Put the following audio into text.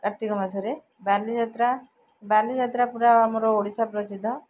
କାର୍ତ୍ତିକ ମାସରେ ବାଲିଯାତ୍ରା ବାଲିଯାତ୍ରା ପୁରା ଆମର ଓଡ଼ିଶା ପ୍ରସିଦ୍ଧ